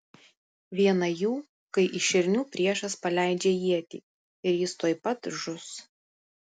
viena jų kai į šernių priešas paleidžia ietį ir jis tuoj pat žus